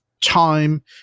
time